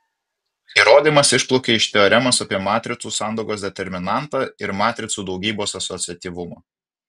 įrodymas išplaukia iš teoremos apie matricų sandaugos determinantą ir matricų daugybos asociatyvumo